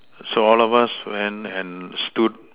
so all of us went and stood